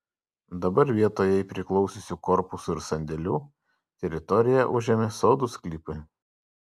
dabar vietoj jai priklausiusių korpusų ir sandėlių teritoriją užėmė sodų sklypai